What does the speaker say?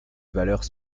valeurs